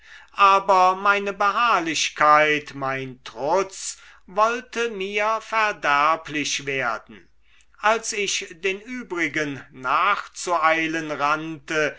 aber meine beharrlichkeit mein trutz wollte mir verderblich werden als ich den übrigen nachzueilen rannte